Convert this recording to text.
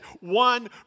one